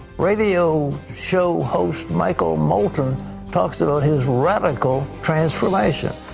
radio show host michael molton talks about his radical transformation.